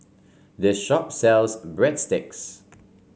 this shop sells Breadsticks